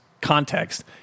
context